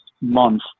month